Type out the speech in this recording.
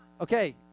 Okay